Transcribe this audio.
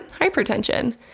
hypertension